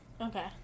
Okay